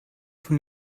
von